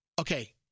Okay